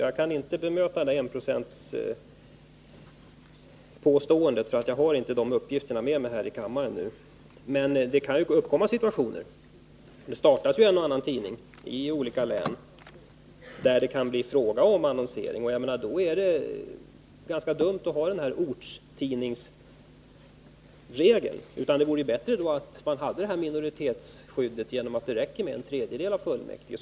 Jag kan inte bemöta Hans Peterssons påstående om 1 96 hushållstäckning, för jag har inte de uppgifterna med mig här i kammaren. Men det kan ju uppkomma situationer — det startas ju en och annan tidning i olika län — där det kan bli fråga om annonsering, och då är det ganska dumt att ha den här ortstidningsregeln. Det vore bättre att endast ha minoritetsskyddet, dvs. att det räcker med en tredjedel av fullmäktiges röster för att annonsering skall införas i en tidning.